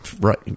Right